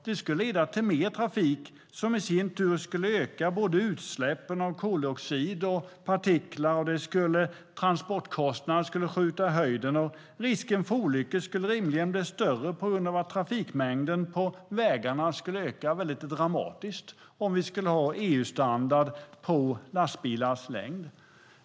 Det skulle leda till mer trafik, vilket i sin tur skulle öka både utsläppen av koldioxid och partiklar. Transportkostnaden skulle skjuta i höjden, och risken för olyckor skulle rimligen bli större på grund av att trafikmängden på vägarna skulle öka väldigt dramatiskt om vi skulle ha EU-standard på lastbilars längd.